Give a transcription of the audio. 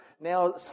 Now